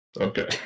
Okay